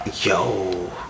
yo